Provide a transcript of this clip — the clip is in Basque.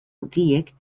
mutilek